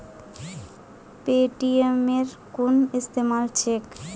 पेटीएमेर कुन इस्तमाल छेक